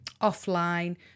offline